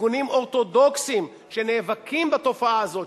ארגונים אורתודוקסיים שנאבקים בתופעה הזאת,